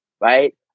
right